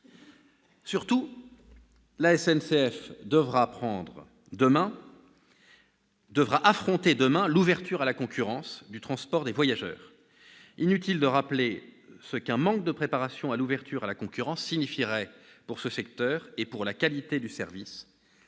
Surtout, la SNCF devra affronter demain l'ouverture à la concurrence du transport de voyageurs. Inutile de rappeler ce qu'un manque de préparation à l'ouverture à la concurrence signifierait pour ce secteur et pour la qualité du service,